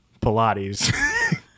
Pilates